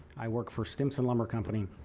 i work for stimson lumber company.